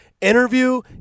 interview